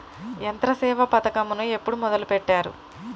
యంత్రసేవ పథకమును ఎప్పుడు మొదలెట్టారు?